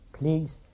Please